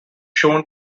shown